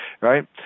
right